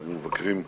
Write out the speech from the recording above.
הם היו מבקרים אצלנו,